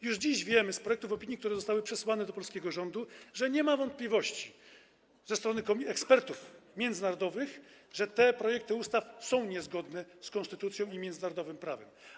Już dziś wiemy z projektów opinii, które zostały przesłane do polskiego rządu, że nie ma wątpliwości według ekspertów międzynarodowych, że te projekty ustaw są niezgodne z konstytucją i międzynarodowym prawem.